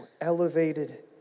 elevated